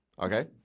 Okay